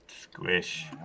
Squish